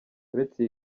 uretse